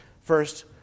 First